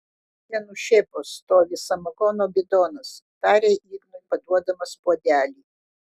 ten už šėpos stovi samagono bidonas tarė ignui paduodamas puodelį